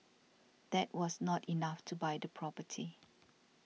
that was not enough to buy the property